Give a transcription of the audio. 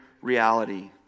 reality